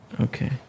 Okay